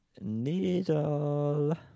Needle